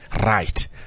right